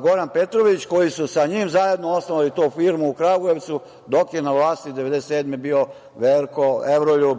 Goran Petrović, koji su sa njim zajedno osnovali tu firmu u Kragujevcu dok je na vlasti 1997. godine bio Verko, evroljub,